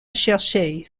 chercher